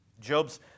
Job's